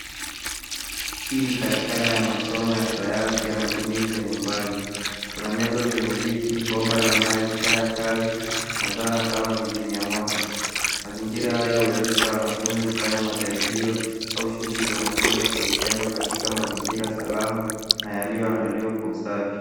Hii ni karakana ya masomo ya sayansi ya matumizi ya nyumbani. Kuna meza zenye viti, bomba la maji, taa ya kazi na zana kama vizimia moto. Mazingira haya huwezesha wanafunzi kufanya majaribio au shughuli za mafunzo kwa vitendo katika mazingira salama na yaliyoandaliwa kwa usafi.